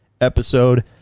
episode